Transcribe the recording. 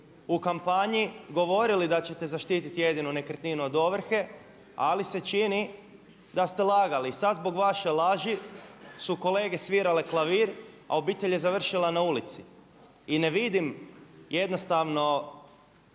u kampanji govorili da ćete zaštiti jedinu nekretninu od ovrhe ali se čini da ste lagali. I sad zbog vaše laži su kolege svirale klavir a obitelj je završila na ulici. I ne vidim jednostavno,